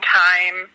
time